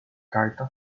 carta